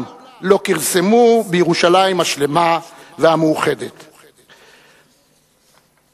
לא כרסמו בירושלים השלמה והמאוחדת שלו.